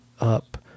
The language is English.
up